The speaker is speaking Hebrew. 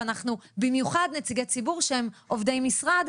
במיוחד נציגי ציבור שהם עובדי משרד,